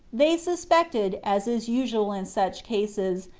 they suspected, as is usual in such cases,